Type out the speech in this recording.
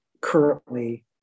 currently